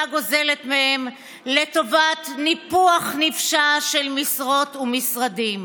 גוזלת מהם לטובת ניפוח נפשע של משרות ומשרדים.